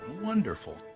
Wonderful